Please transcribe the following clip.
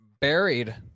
buried